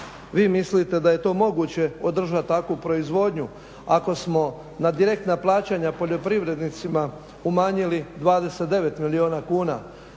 vi mislite da je to moguće održati takvu proizvodnju ako smo na direktna plaćanja poljoprivrednicima umanjili 29 milijuna kuna,